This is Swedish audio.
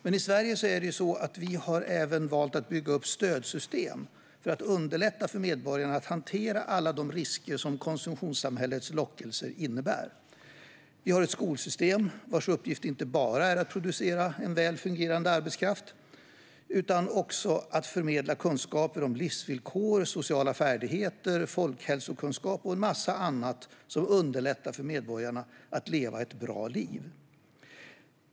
Men i Sverige har vi även valt att bygga stödsystem för att underlätta för medborgarna att hantera alla de risker som konsumtionssamhällets lockelser innebär. Vi har ett skolsystem vars uppgift inte bara är att producera en väl fungerande arbetskraft utan också att förmedla kunskaper om livsvillkor, sociala färdigheter, folkhälsokunskap och en massa annat som underlättar för medborgarna att leva ett bra liv.